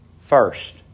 first